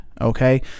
Okay